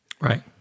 Right